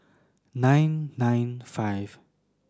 nine nine five